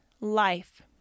life